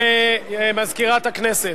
מזכירת הכנסת,